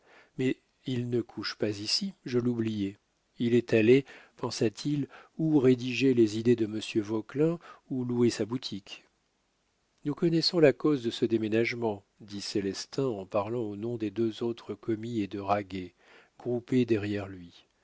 mais il ne couche pas ici je l'oubliais il est allé pensa-t-il ou rédiger les idées de monsieur vauquelin ou louer sa boutique nous connaissons la cause de ce déménagement dit célestin en parlant au nom des deux autres commis et de raguet groupés derrière lui